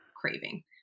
craving